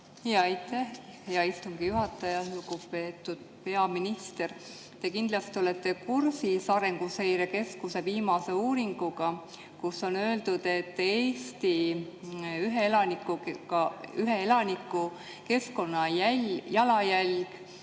Aitäh, hea istungi juhataja! Lugupeetud peaminister! Te kindlasti olete kursis Arenguseire Keskuse viimase uuringuga, kus on öeldud, et Eesti ühe elaniku keskkonnajalajälg